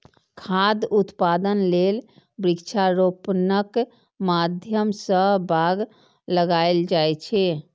खाद्य उत्पादन लेल वृक्षारोपणक माध्यम सं बाग लगाएल जाए छै